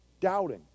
doubting